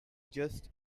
just